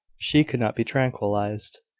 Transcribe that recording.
she could not be tranquillised.